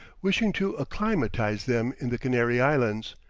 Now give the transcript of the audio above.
wishing to acclimatize them in the canary islands,